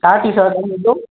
কাৰ